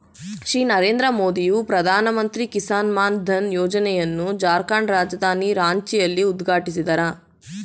ಶ್ರೀ ನರೇಂದ್ರ ಮೋದಿಯು ಪ್ರಧಾನಮಂತ್ರಿ ಕಿಸಾನ್ ಮಾನ್ ಧನ್ ಯೋಜನೆಯನ್ನು ಜಾರ್ಖಂಡ್ ರಾಜಧಾನಿ ರಾಂಚಿಯಲ್ಲಿ ಉದ್ಘಾಟಿಸಿದರು